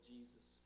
Jesus